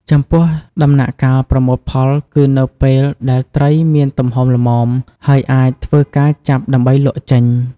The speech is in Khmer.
ចំពោះដំណាក់កាលប្រមូលផល គឺនៅពេលដែលត្រីមានទំហំល្មម ហើយអាចធ្វើការចាប់ដើម្បីលក់ចេញ។